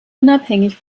unabhängig